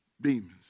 demons